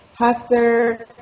Husser